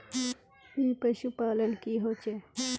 ई पशुपालन की होचे?